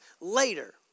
later